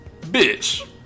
bitch